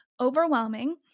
overwhelming